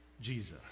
Jesus